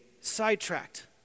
sidetracked